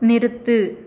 நிறுத்து